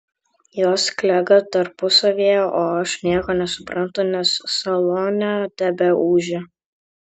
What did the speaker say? jos klega tarpusavyje o aš nieko nesuprantu nes salone tebeūžia